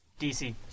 DC